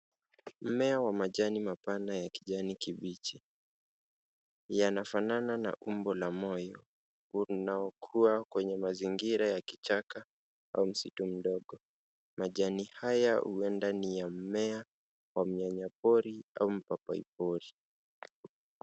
Mmea wa majani mapana ya kijani kibichi, yanafanana na umbo la moyo unaokua kwenye mazingira ya kichaka au msitu mdogo. Majani haya huenda ni ya mmea wa mnyanyapori au wa paipori.